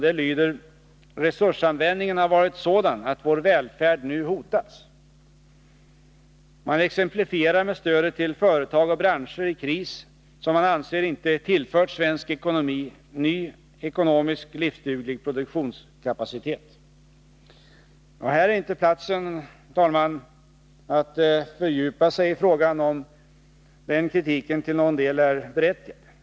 Det lyder: ”Resursanvändningen har varit sådan att vår välfärd nu hotas”. Man exemplifierar med stödet till företag och branscher i kris som man anser inte tillfört svensk ekonomi ny, ekonomiskt livsduglig produktionskapacitet. Här är inte platsen, herr talman, för mig att fördjupa mig i frågan om huruvida den kritiken till någon del är berättigad.